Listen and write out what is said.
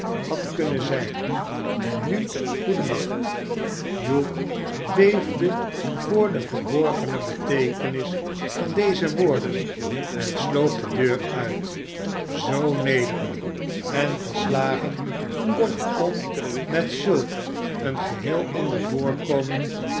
hadt kunnen zijn en nu goeden nacht hugh beefde voor de verborgene beteekenis van deze woorden en sloop de deur uit zoo nederig en verslagen kortom met zulk een geheel ander voorkomen